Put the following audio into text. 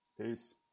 Peace